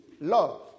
love